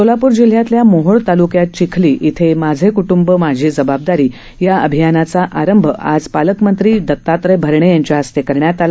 सोलापूर जिल्ह्यातल्या मोहोळ ताल्क्यात चिखली इथं माझे क्टूंब माझी जबाबदारी या अभियानाचा आरंभ आज पालकमंत्री दताव्रयभरणे यांच्या हस्ते करण्यात आला